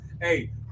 Hey